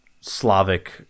Slavic